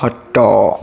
ଖଟ